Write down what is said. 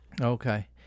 Okay